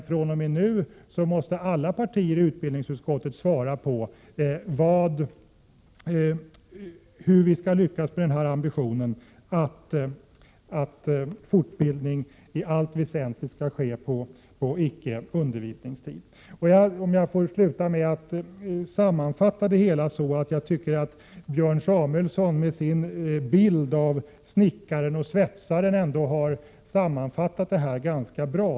1987/88:101 måste alla partier i utbildningsutskottet svara på hur vi skall lyckas med 15 april 1988 ambitionen att fortbildning i allt väsentligt skall ske på icke undervisningstid. Jag får avsluta med att sammanfatta det hela så, att jag tycker att Björn Samuelson med sin bild av snickaren och svetsaren har sammanfattat det här ganska bra.